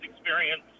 experience